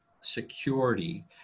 security